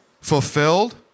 fulfilled